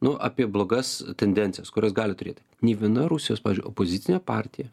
nu apie blogas tendencijas kurios gali turėti nei viena rusijos pavyzdžiui opozicinė partija